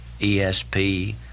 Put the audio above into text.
ESP